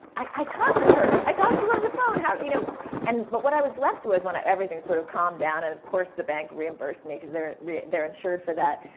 i talked to her. i talked to her on the phone. you know and but what i was left with when everything sort of calmed down and of course the bank reimbursed me cause they're they're insured for that.